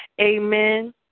Amen